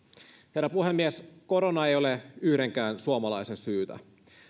herra puhemies korona ei ole yhdenkään suomalaisen syytä